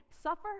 suffer